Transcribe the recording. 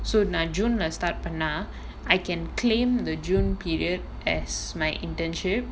so நா:naa june lah start பண்ணா:pannaa I can claim the june period as my internship